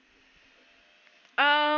um